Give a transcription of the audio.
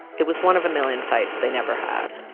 it was one of a million fights they never had